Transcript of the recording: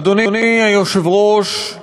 אדוני היושב-ראש,